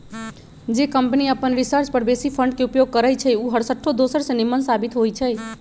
जे कंपनी अप्पन रिसर्च पर बेशी फंड के उपयोग करइ छइ उ हरसठ्ठो दोसर से निम्मन साबित होइ छइ